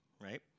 right